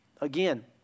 Again